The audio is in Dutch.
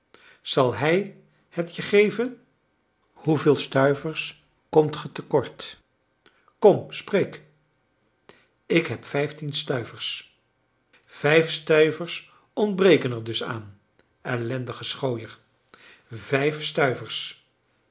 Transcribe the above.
zal hij het je geven hoeveel stuivers komt ge te kort kom spreek ik heb vijftien stuivers vijf stuivers ontbreken er dus aan ellendige schooier vijf stuivers